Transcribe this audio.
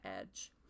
edge